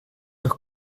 doch